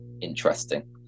interesting